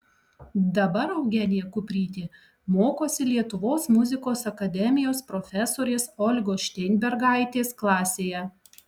dabar eugenija kuprytė mokosi lietuvos muzikos akademijos profesorės olgos šteinbergaitės klasėje